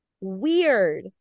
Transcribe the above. weird